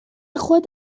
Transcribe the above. خود